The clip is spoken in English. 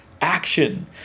action